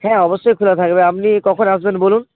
হ্যাঁ অবশ্যই খোলা থাকবে আপনি কখন আসবেন বলুন